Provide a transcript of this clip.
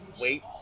wait